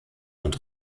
und